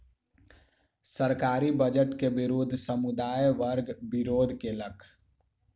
सरकारी बजट के विरुद्ध समुदाय वर्ग विरोध केलक